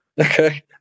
Okay